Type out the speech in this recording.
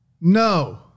No